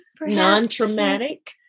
non-traumatic